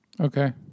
Okay